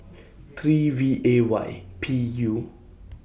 three V A Y P U